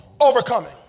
overcoming